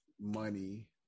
money